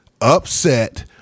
upset